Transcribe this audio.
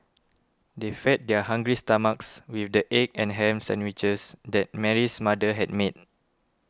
they fed their hungry stomachs with the egg and ham sandwiches that Mary's mother had made